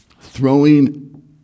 throwing